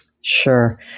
Sure